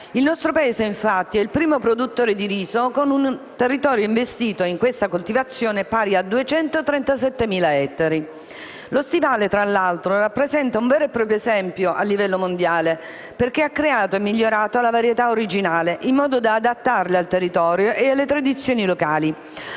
il nostro Paese è il primo produttore di riso, con un territorio investito in questa coltivazione pari a 237.000 ettari. Lo stivale tra l'altro rappresenta un vero e proprio esempio a livello mondiale, perché ha creato e migliorato la varietà originale, in modo da adattarla al territorio e alle tradizioni locali.